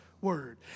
Word